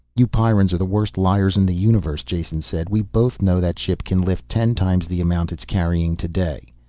you pyrrans are the worst liars in the universe, jason said. we both know that ship can lift ten times the amount it's carrying today.